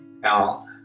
Now